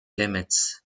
limits